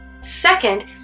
Second